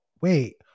Wait